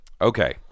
Okay